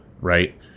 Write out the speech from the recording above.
right